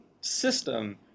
system